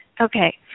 Okay